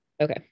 Okay